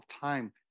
time